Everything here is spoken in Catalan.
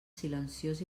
silenciós